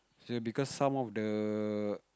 because some of the